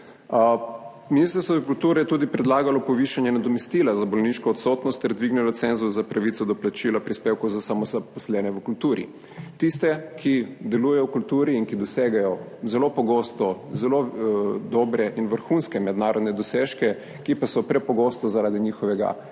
Ministrstvo za kulturo je tudi predlagalo povišanje nadomestila za bolniško odsotnost ter dvignilo cenzus za pravico do plačila prispevkov za samozaposlene v kulturi. Tiste, ki delujejo v kulturi in ki dosegajo zelo pogosto zelo dobre in vrhunske mednarodne dosežke, ki pa so prepogosto zaradi njihovega